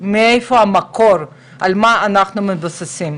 מאיפה המקור ועל מה אנחנו מתבססים.